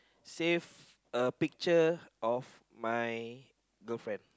save the picture of my girlfriend